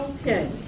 Okay